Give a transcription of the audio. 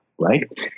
right